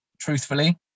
truthfully